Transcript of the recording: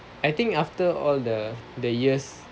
I think after all the the years